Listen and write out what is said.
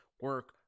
Work